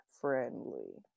friendly